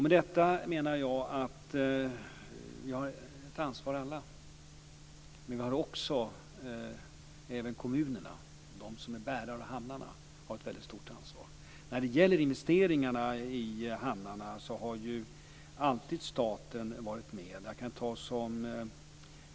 Med detta menar jag att vi alla har ett ansvar. Även kommunerna - de som är bärare av hamnarna - har ett väldigt stort ansvar. När det gäller investeringarna i hamnarna har alltid staten varit med.